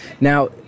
Now